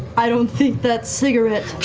i don't think that cigarette